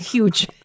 Huge